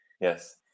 Yes